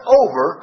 over